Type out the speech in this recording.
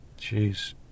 Jeez